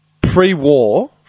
pre-war